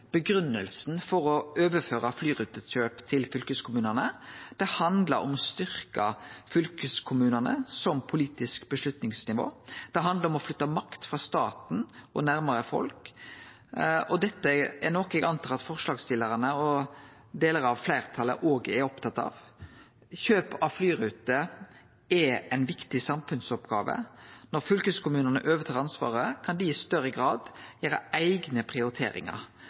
å overføre flyrutekjøp til fylkeskommunane. Det handla om å styrkje fylkeskommunane som politisk avgjerdsnivå. Det handla om å flytte makt frå staten og nærare folk. Dette er noko eg går ut frå at forslagsstillarane og delar av fleirtalet òg er opptatt av. Kjøp av flyruter er ei viktig samfunnsoppgåve. Når fylkeskommunane overtar ansvaret, kan dei i større grad gjere eigne prioriteringar.